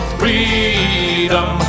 freedom